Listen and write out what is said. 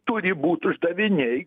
turi būt uždaviniai